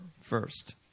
first